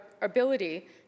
ability